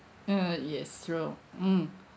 uh yes true mm